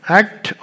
act